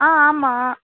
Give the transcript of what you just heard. ஆ ஆமாம்